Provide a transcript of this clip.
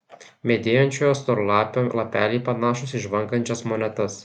medėjančiojo storlapio lapeliai panašūs į žvangančias monetas